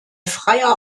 freier